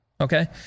Okay